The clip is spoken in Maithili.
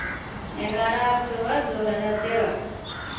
एगारह अक्टूबर दू हजार तेरह